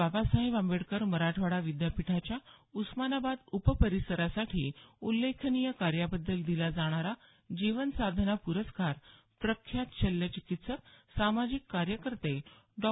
बाबासाहेब आंबेडकर मराठवाडा विद्यापीठाच्या उस्मानाबाद उपपरिसरासाठी उल्लेखनीय कार्याबद्दल दिला जाणारा जीवन साधना प्रस्कार प्रख्यात शल्य चिकित्सक सामाजिक कार्यकर्ते डॉ